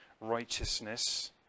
righteousness